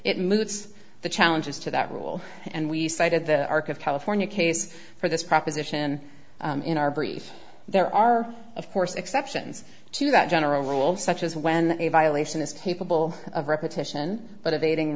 it moots the challenges to that rule and we cited the arc of california case for this proposition in our brief there are of course exceptions to that general rule such as when a violation is capable of repetition but